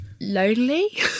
lonely